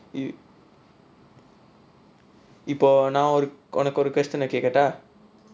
இப்போ நா ஒரு உனக்கு ஒரு:ippo naa oru unakku oru question ah கேக்கட்டா:kaekkattaa